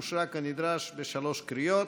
אושרה כנדרש בשלוש קריאות.